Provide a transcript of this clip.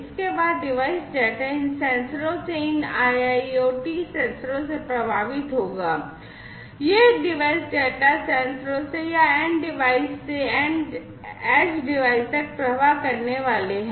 इसके बाद device data इन सेंसरों से इन IIoT सेंसरों से प्रवाहित होगा ये डिवाइस डेटा सेंसरों से या एंड डिवाइसेस से एज डिवाइस तक प्रवाह करने वाले हैं